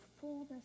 fullness